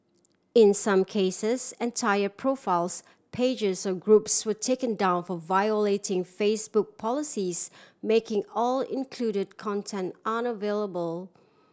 in some cases entire profiles pages or groups were taken down for violating Facebook policies making all included content unavailable